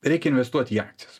reikia investuot į akcijas